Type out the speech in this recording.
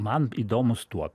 man įdomus tuo